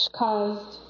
caused